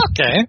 Okay